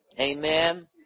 Amen